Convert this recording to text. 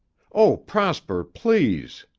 oh, prosper, please!